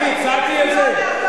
אני הצעתי את זה?